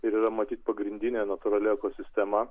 ir yra matyt pagrindinė natūrali ekosistema